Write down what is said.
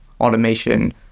automation